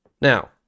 Now